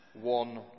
one